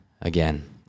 again